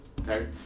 Okay